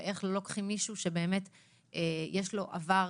ואיך לא לוקחים מישהו שבאמת יש לו עבר